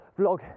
Vlog